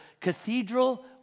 Cathedral